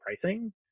pricing